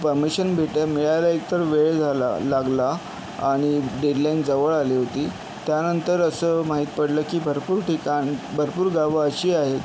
permission letter मिळायला एकतर वेळ झाला लागला आणि डेडलाईन जवळ आली होती त्यानंतर असं माहीत पडलं की भरपूर ठिकाणं भरपूर गावं अशी आहेत